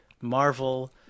Marvel